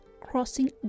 crossing